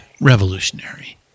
revolutionary